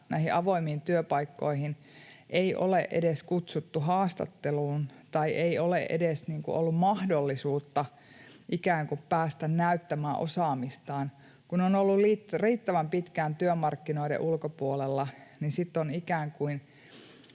missä avoimiin työpaikkoihin ei ole edes kutsuttu haastatteluun tai ei ole edes ollut mahdollisuutta päästä näyttämään osaamistaan. Kun on ollut riittävän pitkään työmarkkinoiden ulkopuolella, niin sitten on ikään kuin